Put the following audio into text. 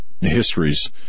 histories